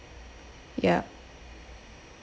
yup